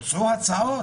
היו הצעות